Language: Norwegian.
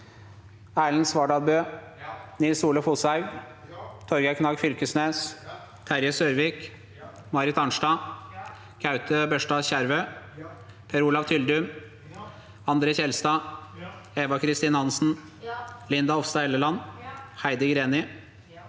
Erlend Svardal Bøe, Nils-Ole Foshaug, Torgeir Knag Fyl kesnes, Terje Sørvik, Marit Arnstad, Gaute Børstad Skjervø, Per Olav Tyldum, André N. Skjelstad, Eva Kristin Hansen, Linda Hofstad Helleland, Heidi Greni,